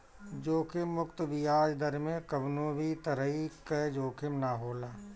जोखिम मुक्त बियाज दर में कवनो भी तरही कअ जोखिम ना होला